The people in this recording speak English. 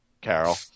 Carol